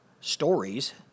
stories